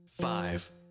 five